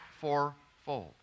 fourfold